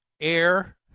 air